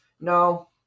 No